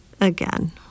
Again